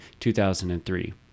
2003